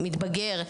מתבגר,